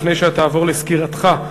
לפני שתעבור לסקירתך,